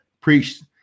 preached